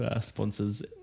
sponsors